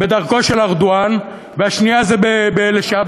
בדרכו של ארדואן, והשני זה רוסיה,